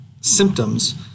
symptoms